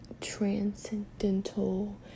transcendental